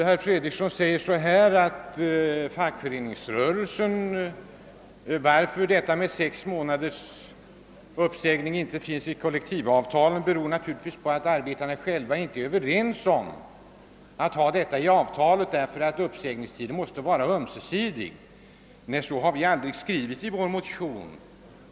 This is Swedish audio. Herr Fredriksson sade att anledningen till att något stadgande om sex månaders uppsägning inte finns i kollektivavtalen är att arbetarna själva inte velat ta in detta i avtalet, därför att samma uppsägningstid måste gälla vare sig uppsägningen görs av arbetstagarna eller av arbetsgivarna. Nej, så har vi aldrig skrivit i vår motion.